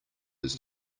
his